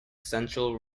central